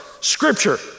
scripture